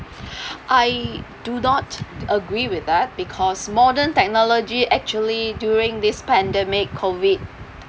I do not agree with that because modern technology actually during this pandemic COVID